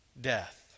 death